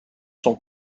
sont